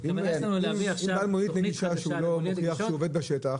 אם נהג קיבל רישיון למונית נגישה והוא לא מוכיח שהוא עובד בשטח,